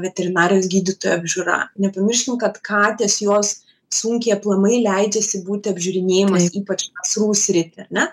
veterinarijos gydytojo apžiūra nepamirškim kad katės jos sunkiai aplamai leidžiasi būti apžiūrinėjamos ypač nasrų sritį ar ne